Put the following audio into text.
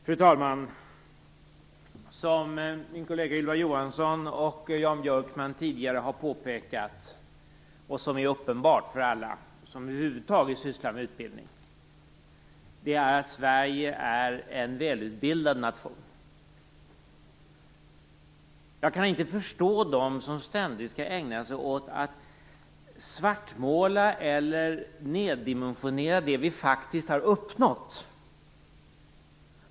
Fru talman! Som min kollega Ylva Johansson och Jan Björkman tidigare har påpekat och som är uppenbart för alla som över huvud taget sysslar med utbildning är att Sverige är en välutbildad nation. Jag kan inte förstå de som ständigt skall ägna sig åt att svartmåla eller neddimensionera det som vi faktiskt har uppnått.